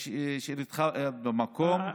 שאלתך במקום.